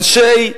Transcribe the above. אנשי הדרום?